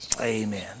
Amen